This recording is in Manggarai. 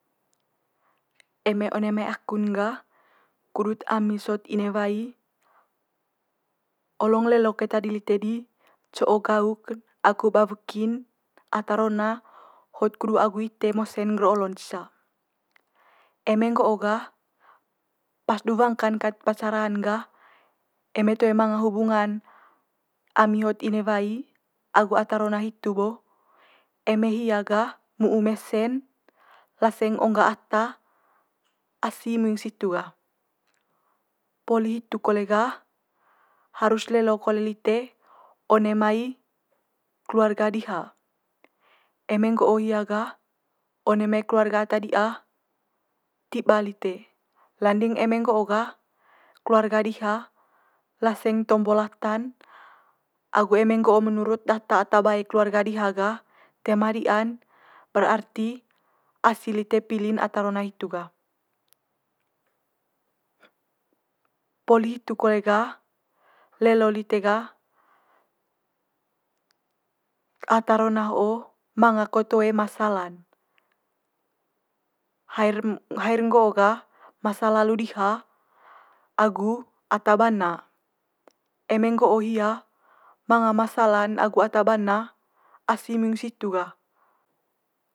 eme one mai aku'n gah kudut ami sot ine wai olong lelo keta di lite di co'o gauk'n agu ba weki'n atarona hot kudu agu ite mose'n ngger olo'n cisa. Eme nggo'o gah pas du wangka'n kat pacaran gah eme toe manga hubungan ami hot inewai agu atarona hitu bo eme hia gah mu'u mese'n laseng ongga ata asi muing situ gah. Poli hitu kole gah harus lelo kole lite one mai keluarga diha, eme nggo'o hia gah one mai keluarga ata di'a tiba lite. Landing eme nggo'o gah keluarga diha laseng tombo lata'n agu eme nggo'o menurut data ata bae keluarga diha gah toe ma di'an berarti asi lite pili'n ata rona hitu gah. Poli hitu kole gah lelo lite gah ata rona ho'o manga ko toe masala'n. Haer haer nggo'o gah masa lalu diha agu ata bana, eme nggo'o hia manga masala'n agu ata bana asi muing situ gah.